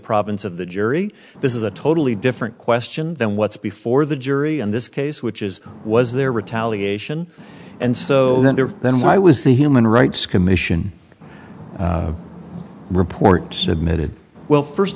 province of the jury this is a totally different question than what's before the jury in this case which is was there retaliation and so then there then why was the human rights commission report submitted well first